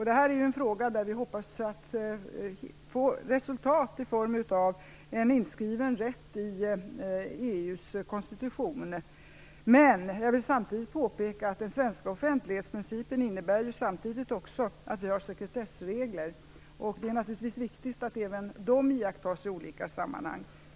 Det här är en fråga där vi hoppas få resultat i form av en inskriven rätt i EU:s konstitution. Men jag vill samtidigt påpeka att den svenska offentlighetsprincipen samtidigt också innebär att vi har sekretessregler, och det är naturligtvis viktigt att även de iakttas i olika sammanhang.